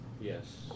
Yes